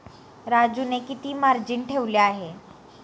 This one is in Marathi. राजूने किती मार्जिन ठेवले आहे?